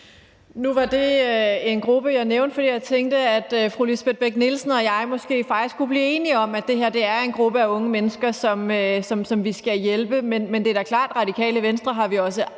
Nu var det en gruppe, jeg nævnte, fordi jeg tænkte, at fru Lisbeth Bech-Nielsen og jeg måske faktisk kunne blive enige om, at det her er en gruppe af unge mennesker, som vi skal hjælpe. Men det er da klart, at vi i Radikale Venstre også